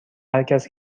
هرکس